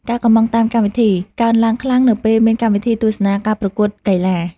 ការកុម្ម៉ង់តាមកម្មវិធី កើនឡើងខ្លាំងនៅពេលមានកម្មវិធីទស្សនាការប្រកួតកីឡា។